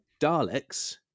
Daleks